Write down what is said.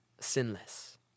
sinless